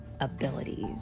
abilities